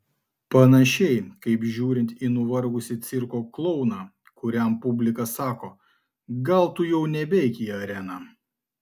panašiai kaip žiūrint į nuvargusį cirko klouną kuriam publika sako gal tu jau nebeik į areną